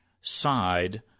side